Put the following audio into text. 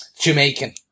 Jamaican